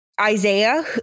Isaiah